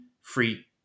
free